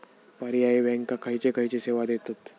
पर्यायी बँका खयचे खयचे सेवा देतत?